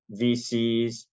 VCs